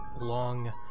long